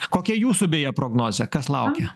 kokia jūsų beje prognozė kas laukia